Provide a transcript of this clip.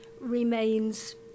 remains